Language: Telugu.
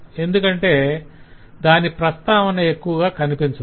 ఎందుకంటే దాని ప్రస్తావన ఎక్కువగా కనిపించదు